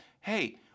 hey